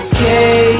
Okay